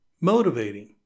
motivating